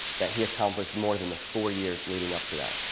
that he accomplished more than the four years leading up to that.